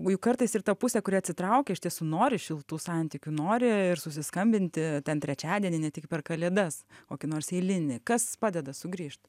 juk kartais ir ta pusė kuri atsitraukia iš tiesų nori šiltų santykių nori ir susiskambinti ten trečiadienį ne tik per kalėdas kokį nors eilinį kas padeda sugrįžt